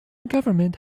government